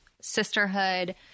sisterhood